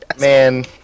Man